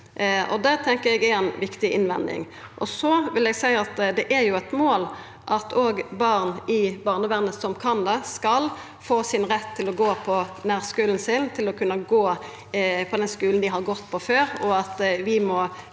Det tenkjer eg er ei viktig innvending. Så vil eg seia at det er eit mål at òg barn i barnevernet som kan det, skal ha rett til å gå på nærskulen sin, til å kunna gå på den skulen dei har gått på før, og at vi må